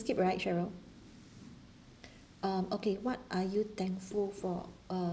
skip right cheryl um okay what are you thankful for uh